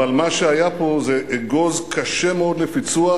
אבל, מה שהיה פה זה אגוז קשה מאוד לפיצוח,